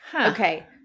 Okay